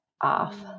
off